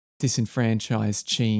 disenfranchised